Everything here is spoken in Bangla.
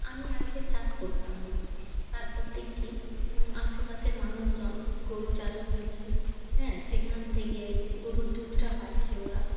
আমি আগে চাষ করতাম না তারপর দেখছি আশেপাশের মানুষজন গরু চাষ করেছে হ্যাঁ সেখান থেকে গরুর দুধটা পাচ্ছে ওরা